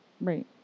Right